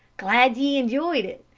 glad ye enjoyed it.